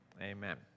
Amen